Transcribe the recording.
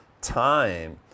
time